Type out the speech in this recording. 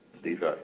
Steve